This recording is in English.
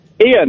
Ian